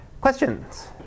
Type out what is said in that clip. questions